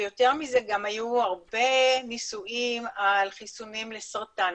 ויותר מזה, גם היו הרבה ניסויים על חיסונים לסרטן.